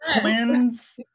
twins